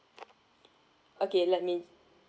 okay let me